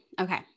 Okay